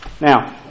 Now